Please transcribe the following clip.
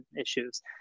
issues